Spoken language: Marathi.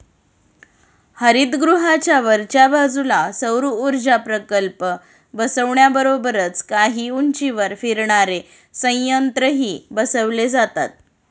हरितगृहाच्या वरच्या बाजूला सौरऊर्जा प्रकल्प बसवण्याबरोबरच काही उंचीवर फिरणारे संयंत्रही बसवले जातात